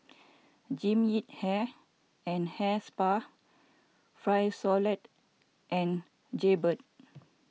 Jean Yip Hair and Hair Spa Frisolac and Jaybird